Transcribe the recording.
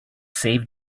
save